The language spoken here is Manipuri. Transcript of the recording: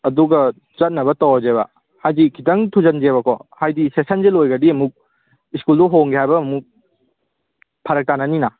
ꯑꯗꯨꯒ ꯆꯠꯅꯕ ꯇꯧꯔꯁꯦꯕ ꯍꯥꯏꯗꯤ ꯈꯤꯇꯪ ꯊꯨꯖꯤꯟꯁꯦꯕꯀꯣ ꯍꯥꯏꯗꯤ ꯁꯦꯁꯟꯁꯦ ꯂꯣꯏꯈ꯭ꯔꯗꯤ ꯑꯃꯨꯛ ꯁ꯭ꯀꯨꯜꯗꯣ ꯍꯣꯡꯒꯦ ꯍꯥꯏꯕ ꯑꯃꯨꯛ ꯐꯔꯛ ꯇꯥꯅꯅꯤꯅ